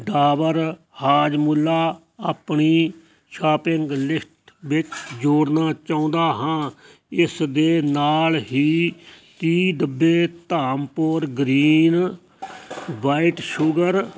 ਡਾਬਰ ਹਾਜਮੁਲਾ ਆਪਣੀ shopping list ਵਿੱਚ ਜੋੜਨਾ ਚਾਹੁੰਦਾ ਹਾਂ ਇਸ ਦੇ ਨਾਲ ਹੀ ਤੀਹ ਡੱਬੇ ਧਾਮਪੁਰ ਗ੍ਰੀਨ ਵਾਈਟ ਸ਼ੂਗਰ